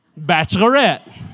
bachelorette